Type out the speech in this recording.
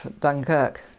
dunkirk